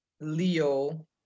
leo